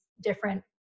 different